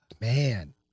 man